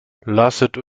lasset